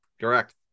Correct